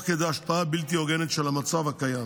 כדי השפעה בלתי הוגנת של המצב הקיים.